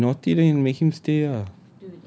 ya if he naughty then you make him stay ah